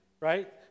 Right